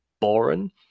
boring